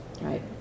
right